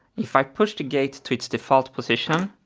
if i push the gate to its default position,